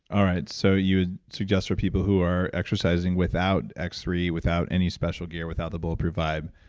all right. so, you would suggest for people who are exercising without x three, without any special gear, without the bulletproof vibe,